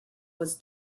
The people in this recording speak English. was